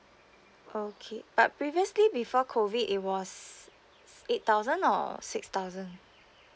okay but previously before COVID it was eight thousand or six thousand